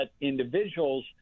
individuals